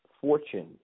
Fortune